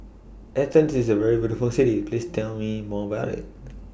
Athens IS A very beautiful City Please Tell Me More about IT